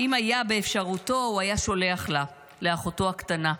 שאם היה באפשרותו הוא היה שולח לה, לאחותו הקטנה: